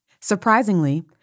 Surprisingly